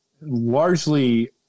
largely